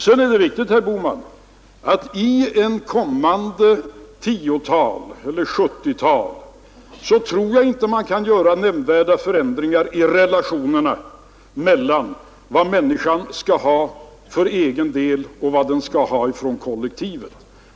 Sedan är det riktigt, herr Bohman, att jag inte tror att man under 1970-talet kan göra nämnvärda förändringar i relationerna mellan vad människan skall ha för egen del och vad hon skall ha från kollektivet.